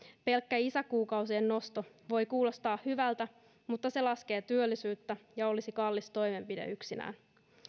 pelkkä isäkuukausien nosto voi kuulostaa hyvältä mutta se laskee työllisyyttä ja olisi kallis toimenpide yksinään